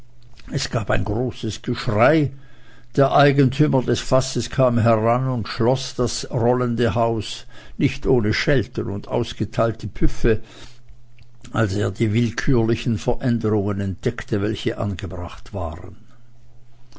es gab ein großes geschrei der eigentümer des fasses kam heran und schloß das rollende haus nicht ohne schelten und ausgeteilte püffe als er die willkürlichen veränderungen entdeckte welche angebracht waren